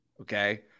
okay